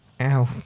Ow